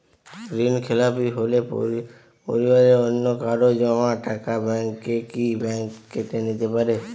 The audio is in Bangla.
ঋণখেলাপি হলে পরিবারের অন্যকারো জমা টাকা ব্যাঙ্ক কি ব্যাঙ্ক কেটে নিতে পারে?